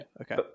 okay